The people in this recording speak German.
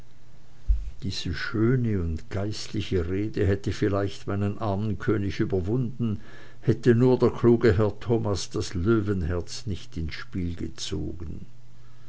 diese schöne und geistliche rede hätte vielleicht meinen armen könig überwunden hätte nur der kluge herr thomas das löwenherz nicht ins spiel gezogen